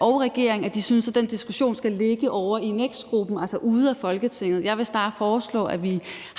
og regeringen, som synes, at den diskussion skal ligge ovre i NEKST-gruppen, altså uden for Folketinget. Jeg vil snarere foreslå, at vi